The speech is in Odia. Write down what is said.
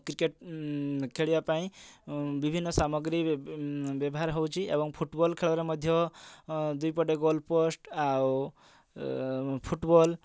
କ୍ରିକେଟ୍ ଖେଳିବା ପାଇଁ ବିଭିନ୍ନ ସାମଗ୍ରୀ ବ୍ୟବହାର ହେଉଛି ଏବଂ ଫୁଟବଲ୍ ଖେଳରେ ମଧ୍ୟ ଦୁଇପଟେ ଗୋଲ୍ ପୋଷ୍ଟ୍ ଆଉ ଫୁଟବଲ୍